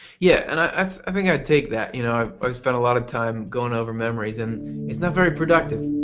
yeah and i i think i take that. you know i spent a lot of time going over memories and it is not very productive.